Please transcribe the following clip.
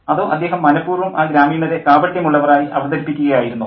അതോ അദ്ദേഹം മനഃപൂർവം ആ ഗ്രാമീണരെ കാപട്യമുള്ളവർ ആയി അവതരിപ്പിക്കുക ആയിരുന്നോ